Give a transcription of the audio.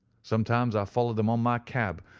sometimes i followed them on my cab,